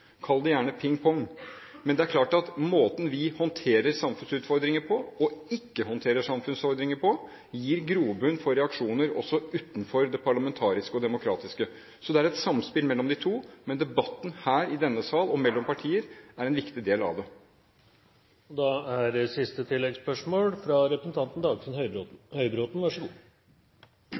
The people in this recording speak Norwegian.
kall det gjerne pingpong. Men det er klart at måten vi håndterer og ikke håndterer samfunnsutfordringer på, gir grobunn for reaksjoner også utenfor det parlamentariske og demokratiske. Så det er et samspill mellom de to, men debatten her i denne sal og mellom partier er en viktig del av det. Dagfinn Høybråten – til oppfølgingsspørsmål. Jeg føler at noe er